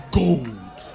gold